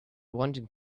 wanting